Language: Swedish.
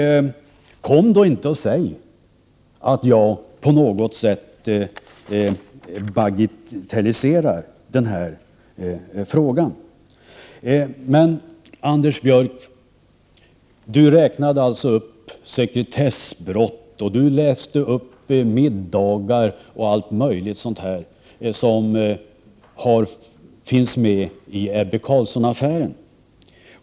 Kom då inte och säg att jag på något sätt bagatelliserar den här frågan! Anders Björck räknade upp sekretessbrott och talade om middagar och allt möjligt sådant som finns med i Ebbe Carlsson-affären.